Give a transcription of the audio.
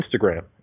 Instagram